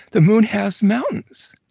the moon has mountains.